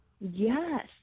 Yes